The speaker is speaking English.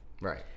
Right